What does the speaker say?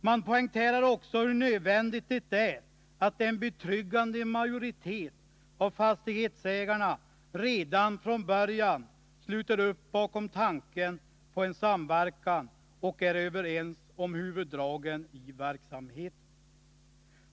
Man poängterar också hur nödvändigt det är att en betryggande majoritet av fastighetsägarna redan från början sluter upp bakom tanken på en samverkan och är överens om huvuddragen i verksamheten.